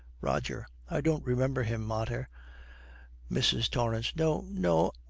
roger. i don't remember him, mater mrs. torrance. no no.